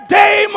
day